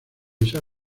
esa